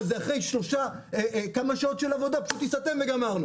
אבל אחרי כמה שעות של עבודה פשוט ייסתם וגמרנו.